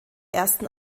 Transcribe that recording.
ersten